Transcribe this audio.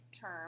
term